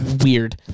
weird